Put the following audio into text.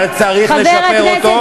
אבל צריך לשפר אותו.